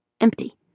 Empty